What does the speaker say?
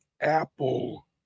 Apple